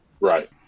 Right